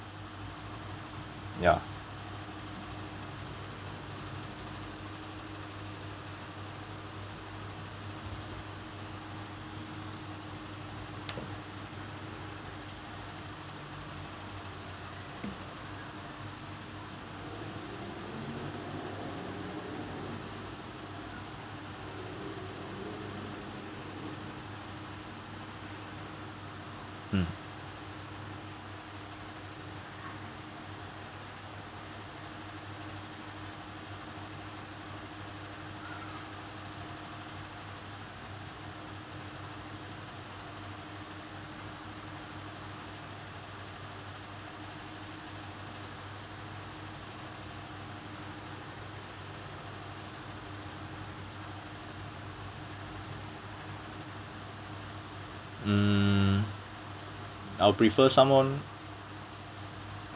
ya mm mm I'll prefer someone